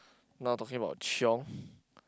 now talking about chiong